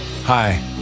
Hi